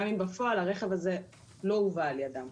גם אם בפועל הרכב הזה לא הובא על ידם.